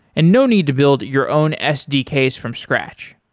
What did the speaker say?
and no need to build your own sdks from scratch.